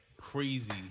Crazy